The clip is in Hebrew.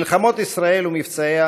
מלחמות ישראל ומבצעיה,